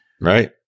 right